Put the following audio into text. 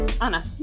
Anna